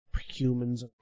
humans